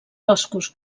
boscos